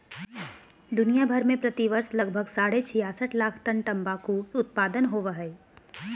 दुनिया भर में प्रति वर्ष लगभग साढ़े छियासठ लाख टन तंबाकू उत्पादन होवई हई,